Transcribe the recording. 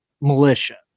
militia